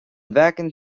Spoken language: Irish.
bhfeiceann